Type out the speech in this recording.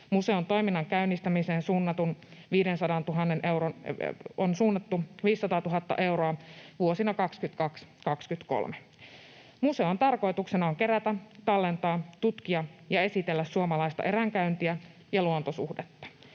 Museon toiminnan käynnistämiseen on suunnattu 500 000 euroa vuosina 22—23. Museon tarkoituksena on kerätä, tallentaa, tutkia ja esitellä suomalaista eränkäyntiä ja luontosuhdetta.